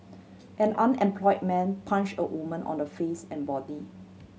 an unemployed man punched a woman on the face and body